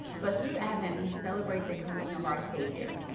but through advent, we celebrate the coming of our savior.